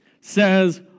says